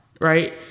right